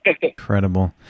Incredible